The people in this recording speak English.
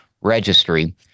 Registry